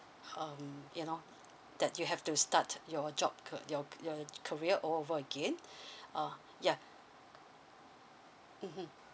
um you know that you have to start your job ca~ your your career all over again uh ya mmhmm